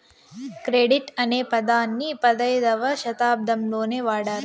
credit అనే పదాన్ని పదైధవ శతాబ్దంలోనే వాడారు